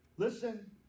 Listen